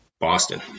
Boston